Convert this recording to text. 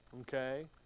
Okay